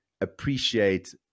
appreciate